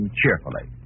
cheerfully